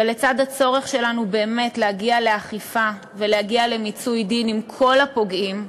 ולצד הצורך שלנו באמת להגיע לאכיפה ולהגיע למיצוי דין עם כל הפוגעים,